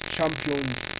Champions